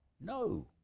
No